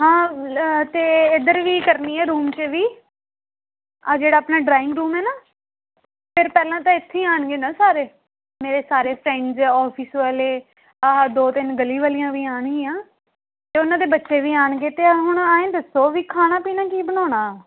ਹਾਂ ਲ ਅਤੇ ਇੱਧਰ ਵੀ ਕਰਨੀ ਹੈ ਰੂਮ 'ਚ ਵੀ ਆਹ ਜਿਹੜਾ ਆਪਣਾ ਡਰਾਇੰਗ ਰੂਮ ਹੈ ਨਾ ਫਿਰ ਪਹਿਲਾਂ ਤਾਂ ਇੱਥੇ ਹੀ ਆਉਣਗੇ ਨਾ ਸਾਰੇ ਮੇਰੇ ਸਾਰੇ ਫਰੈਂਡ ਓਫਿਸ ਵਾਲੇ ਆਹ ਦੋ ਤਿੰਨ ਗਲੀ ਵਾਲੀਆਂ ਵੀ ਆਉਣਗੀਆਂ ਅਤੇ ਉਹਨਾਂ ਦੇ ਬੱਚੇ ਵੀ ਆਉਣਗੇ ਅਤੇ ਹੁਣ ਐਂ ਦੱਸੋ ਵੀ ਖਾਣਾ ਪੀਣਾ ਕੀ ਬਣਾਉਣਾ